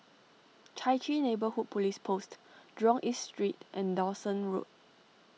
Chai Chee Neighbourhood Police Post Jurong East Street and Dawson Road